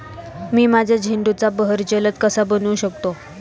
मी माझ्या झेंडूचा बहर जलद कसा बनवू शकतो?